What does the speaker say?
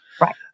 Right